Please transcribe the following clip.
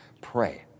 Pray